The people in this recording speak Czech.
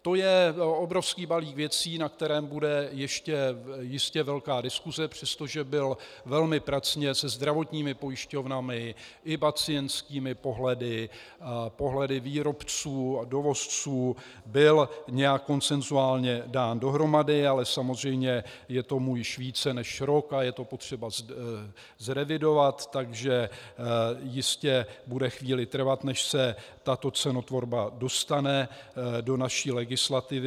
To je obrovský balík věcí, o kterém bude ještě jistě velká diskuse, přestože byl velmi pracně se zdravotními pojišťovnami i pacientskými pohledy, pohledy výrobců i dovozců konsensuálně dán dohromady, ale samozřejmě je tomu víc než rok a je to potřeba zrevidovat, takže jistě bude chvíli trvat, než se tato cenotvorba dostane do naší legislativy.